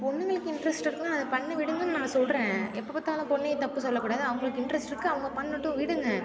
பொண்ணுங்களுக்கு இன்ட்ரெஸ்ட் இருக்குதுனா அதை பண்ண விடுங்கன்னு நான் சொல்கிறேன் எப்போ பார்த்தாலும் பெண்ணையே தப்பு சொல்லக் கூடாது அவங்களுக்கு இன்ட்ரெஸ்ட் இருக்குது அவங்க பண்ணட்டும் விடுங்க